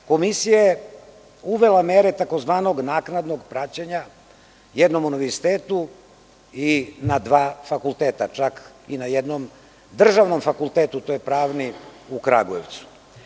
Komisija je uvela mere tzv. naknadnog praćenja jednom univerzitetu i na dva fakulteta, čak i na jednom državnom fakultetu, a to je Pravni u Kragujevcu.